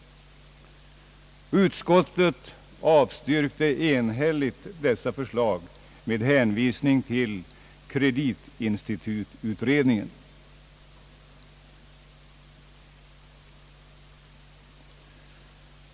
Utskottet avstyrkte enhälligt dessa förslag med hänvisning till kreditinstitututredningen.